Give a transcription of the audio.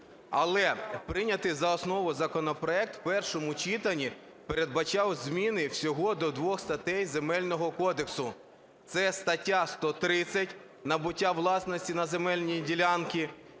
Але прийнятий за основу законопроект в першому читанні передбачав зміни всього до двох статей Земельного кодексу: це стаття 130 – набуття власності на земельні ділянки